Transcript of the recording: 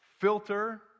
Filter